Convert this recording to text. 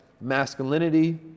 masculinity